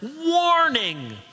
Warning